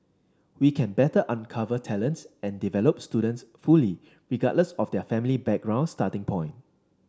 we can better uncover talents and develop students fully regardless of their family background starting point